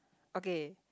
okay